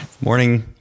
Morning